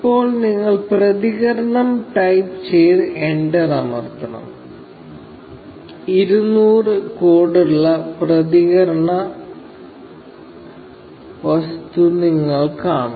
ഇപ്പോൾ നിങ്ങൾ പ്രതികരണം ടൈപ്പ് ചെയ്ത് എന്റർ അമർത്തണം 200 കോഡുള്ള പ്രതികരണ വസ്തു നിങ്ങൾ കാണും